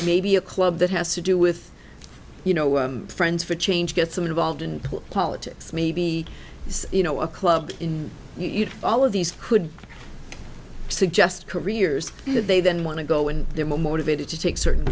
maybe a club that has to do with you know friends for change get some involved in politics maybe you know a club in all of these could suggest careers that they then want to go and they're motivated to take certain